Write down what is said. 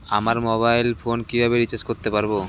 আমার mobile phone কিভাবে recharge করতে পারব?